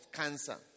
cancer